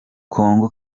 kongo